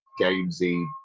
gamesy